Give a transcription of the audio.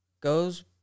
Goes